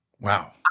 Wow